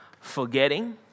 Forgetting